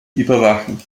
überwachen